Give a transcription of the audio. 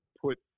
put